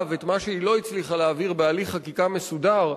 את מה שהיא לא הצליחה להעביר בהליך חקיקה מסודר,